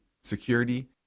security